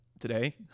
today